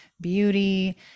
beauty